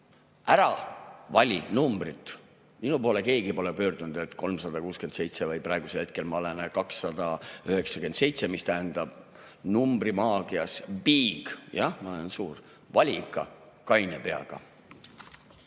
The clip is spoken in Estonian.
ära vali numbrit! Minu poole keegi pole pöördunud 367 või praegusel hetkel ma olen 297, mis tähendab numbrimaagiasbig. Jah, ma olen suur. Vali ikka kaine peaga!